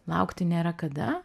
laukti nėra kada